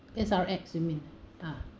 S_R_X you mean ah